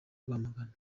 rwamagana